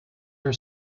her